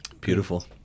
Beautiful